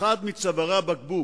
אחד מצווארי הבקבוק